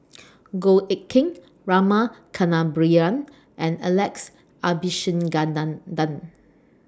Goh Eck Kheng Rama Kannabiran and Alex Abisheganaden